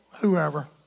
whoever